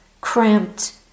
cramped